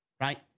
right